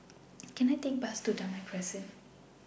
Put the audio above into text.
Can I Take A Bus to Damai Crescent